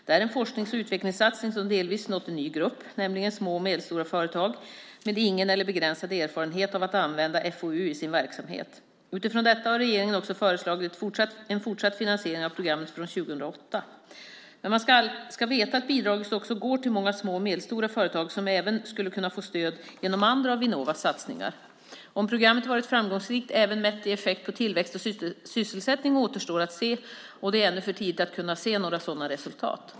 Det är en forsknings och utvecklingssatsning som delvis nått en ny grupp, nämligen små och medelstora företag med ingen eller begränsad erfarenhet av att använda FoU i sin verksamhet. Utifrån detta har regeringen också föreslagit en fortsatt finansiering av programmet från och med 2008. Men man ska veta att bidraget också går till många små och medelstora företag som även skulle kunna få stöd genom andra av Vinnovas satsningar. Om programmet varit framgångsrikt även mätt i effekt på tillväxt och sysselsättning återstår att se. Det är ännu för tidigt att kunna se några sådana resultat.